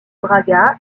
braga